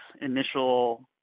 initial